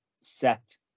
set